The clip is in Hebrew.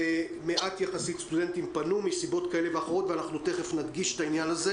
ומעט סטודנטים יחסית פנו מסיבות כאלה ואחרות,